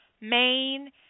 main